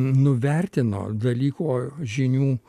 nuvertino dalyko žinių